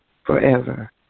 forever